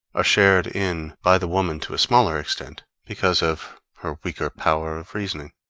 are shared in by the woman to a smaller extent because of her weaker power of reasoning.